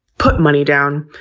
put money down,